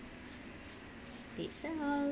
that's all